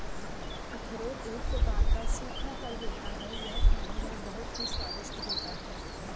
अखरोट एक प्रकार का सूखा फल होता है यह खाने में बहुत ही स्वादिष्ट होता है